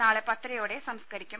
നാളെ പത്തരയോടെ സംസ്കരിക്കും